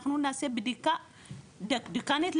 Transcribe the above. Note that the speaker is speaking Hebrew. אנחנו נעשה בדיקה דקדקנית,